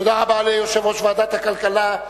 תודה רבה ליושב-ראש ועדת הכלכלה,